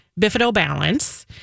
Bifidobalance